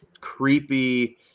creepy